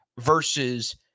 versus